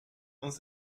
uns